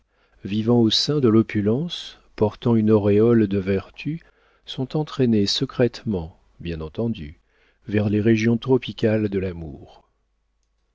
vivant au sein de l'opulence portant une auréole de vertus sont entraînées secrètement bien entendu vers les régions tropicales de l'amour